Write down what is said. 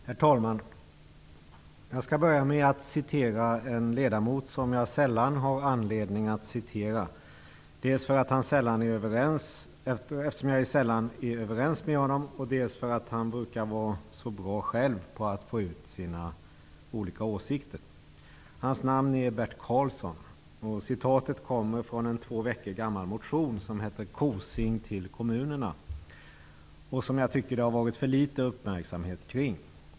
Herr talman! Jag skall börja med att citera en ledamot som jag sällan har anledning att citera. Dels för att jag sällan är överens med honon, dels för att han brukar vara så bra själv på att få ut sina olika åsikter. Hans namn är Bert Karlsson. Citatet kommer från en två veckor gammal motion som heter Kosing till kommunerna. Jag tycker att det har varit för litet uppmärksamhet kring den.